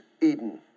Eden